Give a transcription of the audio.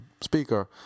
speaker